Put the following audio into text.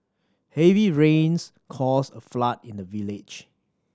heavy rains caused a flood in the village